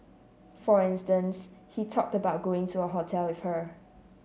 for instance he talked about going to a hotel with her